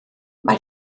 mae